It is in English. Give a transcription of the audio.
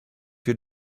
your